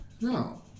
No